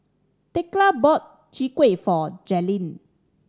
Thekla bought Chwee Kueh for Jaylene